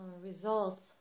results